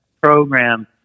program